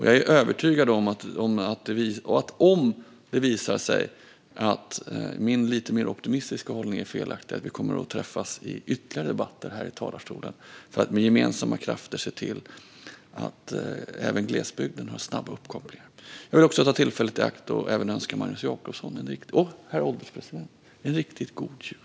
Jag är övertygad om att om det visar sig att min lite mer optimistiska hållning är felaktig kommer vi att träffas i ytterligare debatter här i riksdagen för att med gemensamma krafter se till att även glesbygden har snabba uppkopplingar. Jag vill också ta tillfället i akt att önska Magnus Jacobsson och herr ålderspresident en riktigt god jul!